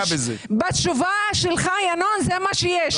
בתשובה שלך ינון, זה מה שיש.